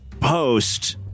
post